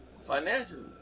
financially